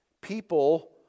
People